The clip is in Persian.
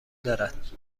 دارد